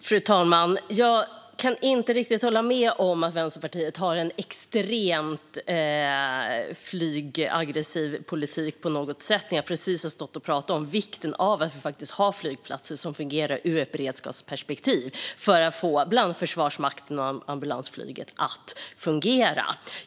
Fru talman! Jag kan inte riktigt hålla med om att Vänsterpartiet har en extremt flygaggressiv politik. Jag har ju precis pratat om vikten av att ha flygplatser som fungerar. Det handlar om ett beredskapsperspektiv och att bland annat Försvarsmakten och ambulansflyget ska fungera.